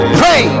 pray